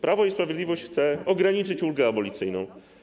Prawo i Sprawiedliwość chce ograniczyć ulgę abolicyjną.